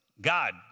God